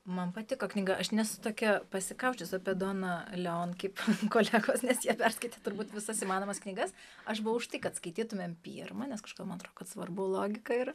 man patiko knyga aš nesu tokia pasikausčiusi apie donną leon kaip kolegos nes jie perskaitė turbūt visas įmanomas knygas aš buvau už tai kad skaitytumėm pirmą nes kažkodėl atrodo kad svarbu logika yra